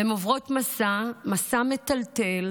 הן עוברות מסע, מסע מטלטל,